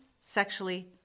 sexually